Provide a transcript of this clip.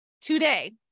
today